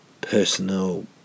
personal